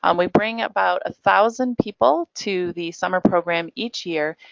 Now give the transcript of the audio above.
um we bring about a thousand people to the summer program each year.